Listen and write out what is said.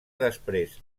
després